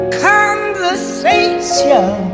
conversation